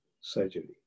surgery